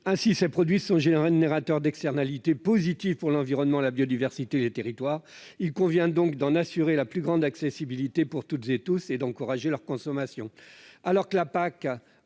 Ainsi, ces produits sont générateurs d'externalités positives pour l'environnement, la biodiversité et les territoires. Il convient donc d'en assurer la plus grande accessibilité pour tous et d'encourager leur consommation.